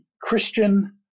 Christian